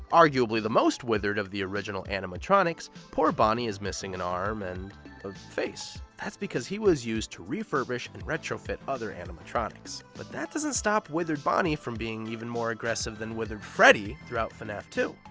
arguably the most withered of the original animatronics, poor bonnie is missing an arm and a face. that's because he was used to refurbish and retrofit other animatronics. but that doesn't stop withered bonnie from being even more aggressive than withered freddy throughout fnaf two.